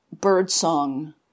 birdsong